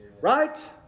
right